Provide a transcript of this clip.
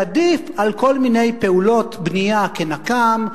זה עדיף על כל מיני פעולות בנייה כנקם,